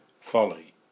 folly